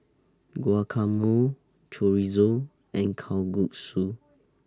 Guacamole Chorizo and Kalguksu